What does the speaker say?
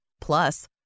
Plus